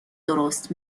درست